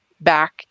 back